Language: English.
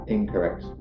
Incorrect